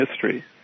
history